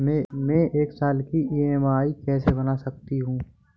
मैं एक साल की ई.एम.आई कैसे बना सकती हूँ?